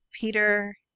Peter